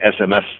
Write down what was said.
SMS